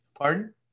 pardon